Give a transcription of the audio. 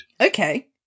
Okay